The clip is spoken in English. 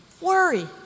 worry